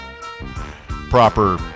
proper